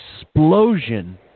explosion